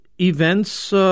events